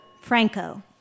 Franco